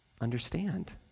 understand